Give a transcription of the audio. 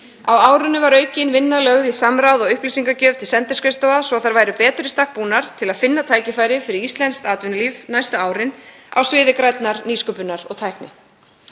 Á árinu var aukin vinna lögð í samráð og upplýsingagjöf til sendiskrifstofa svo að þær væru betur í stakk búnar til að finna tækifæri fyrir íslenskt atvinnulíf næstu árin á sviði grænnar nýsköpunar og tækni.